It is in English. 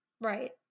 Right